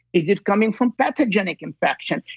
is it coming from pathogenic infection?